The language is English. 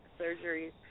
surgeries